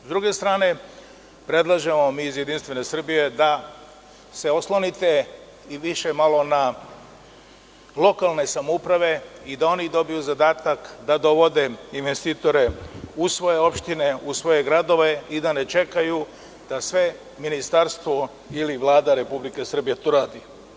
S druge stane, predlažemo vam mi iz JS, da se oslonite i više malo na lokalne samouprave i da oni dobiju zadatak da dovode investitore u svoje opštine, u svoje gradove, i da ne čekaju da sve ministarstvo ili Vlada Republike Srbije to radi.